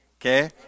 okay